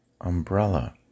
umbrella